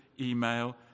email